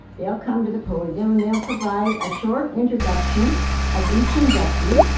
they'll come to the podium and they'll provide a short introduction of each inductee,